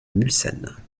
mulsanne